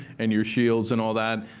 and your shields, and all that.